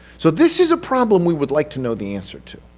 so this is a problem we would like to know the answer to.